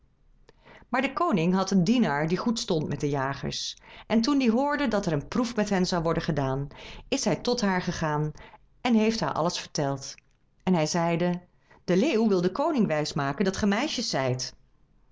maar de koning had een dienaar die goed stond met de jagers en toen die hoorde dat er een proef met hen zou worden gedaan is hij tot haar gegaan en heeft haar alles verteld en hij zeide de leeuw wil den koning wijs maken dat ge meisjes zijt